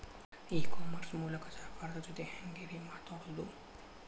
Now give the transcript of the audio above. E commerce ಮೂಲಕ ಸರ್ಕಾರದ ಜೊತಿಗೆ ಹ್ಯಾಂಗ್ ರೇ ಮಾತಾಡೋದು?